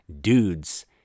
dudes